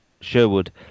Sherwood